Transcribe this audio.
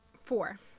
four